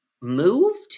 moved